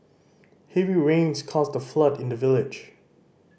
heavy rains caused a flood in the village